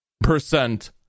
percent